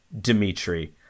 Dmitry